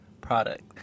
product